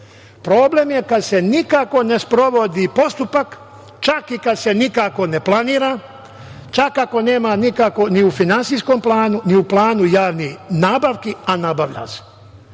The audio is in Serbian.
Problem je kad se nikako ne sprovodi postupak, čak i kad se nikako ne planira, čak ako nema nikako ni u finansijskom planu, ni u planu javnih nabavki, a nabavlja se.